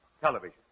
television